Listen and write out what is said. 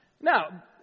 now